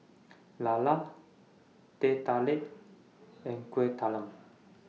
Lala Teh Tarik and Kueh Talam